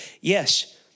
Yes